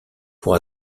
pour